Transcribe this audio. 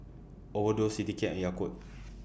Overdose Citycab and Yakult